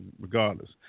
regardless